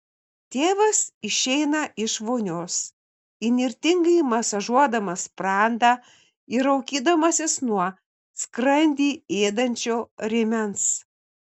tėvas išeina iš vonios įnirtingai masažuodamas sprandą ir raukydamasis nuo skrandį ėdančio rėmens